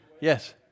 Yes